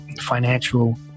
financial